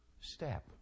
step